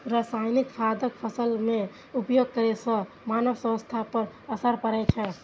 रासायनिक खादक फसल मे उपयोग करै सं मानव स्वास्थ्य पर असर पड़ै छै